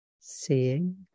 seeing